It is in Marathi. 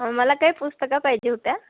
मला काही पुस्तकं पाहिजे होते